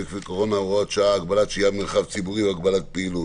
בוקר טוב, אני מתכבד לפתוח את